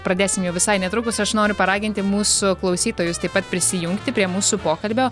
pradėsim jau visai netrukus aš noriu paraginti mūsų klausytojus taip pat prisijungti prie mūsų pokalbio